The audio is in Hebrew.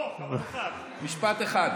שיהיה משפט אחד.